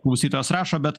klausytojas rašo bet